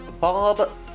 Bob